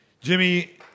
Jimmy